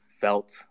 felt